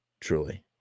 truly